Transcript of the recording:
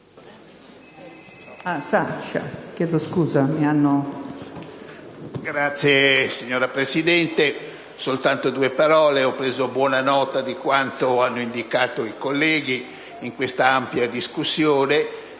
*relatore*. Signora Presidente, soltanto poche parole. Ho preso buona nota di quanto hanno indicato i colleghi in questa ampia discussione.